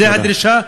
זו הדרישה,